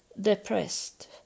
depressed